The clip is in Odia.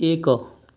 ଏକ